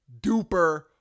duper